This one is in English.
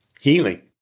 Healing